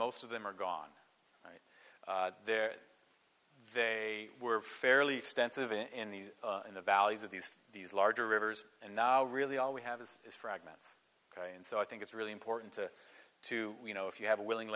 most of them are gone there they were fairly extensive in these in the valleys of these these larger rivers and now really all we have is is fragments and so i think it's really important to to you know if you have a willing